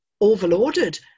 overloaded